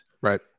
Right